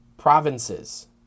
Provinces